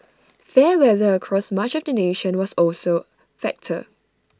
fair weather across much of the nation also was factor